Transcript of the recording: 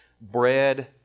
Bread